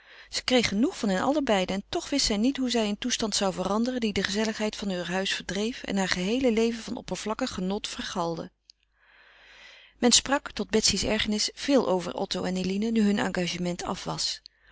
zij kreeg genoeg van hen allebeiden en toch wist zij niet hoe zij een toestand zou veranderen die de gezelligheid van heur huis verdreef en haar geheele leven van oppervlakkig genot vergalde men sprak tot betsy's ergernis veel over otto en eline nu hun engagement af